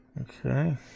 okay